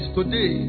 today